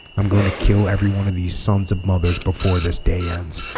i'm going to kill every one of these sons of mothers before this day ends